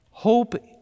Hope